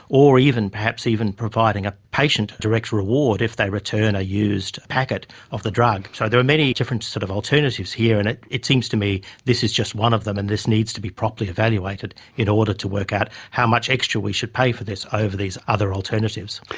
or even perhaps providing a patient direct reward if they return a used packet of the drug. so there are many different sort of alternatives here, and it it seems to me this is just one of them, and this needs to be properly evaluated in order to work out how much extra we should pay for this over these other alternatives.